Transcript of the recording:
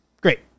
Great